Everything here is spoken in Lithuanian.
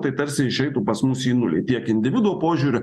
tai tarsi išeitų pas mus į nulį tiek individo požiūriu